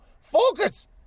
Focus